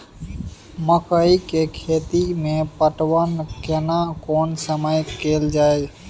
मकई के खेती मे पटवन केना कोन समय कैल जाय?